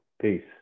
Peace